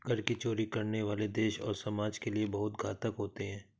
कर की चोरी करने वाले देश और समाज के लिए बहुत घातक होते हैं